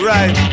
Right